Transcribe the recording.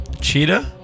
Cheetah